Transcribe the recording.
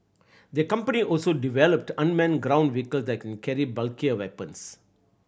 the company also developed unmanned ground vehicle that can carry bulkier weapons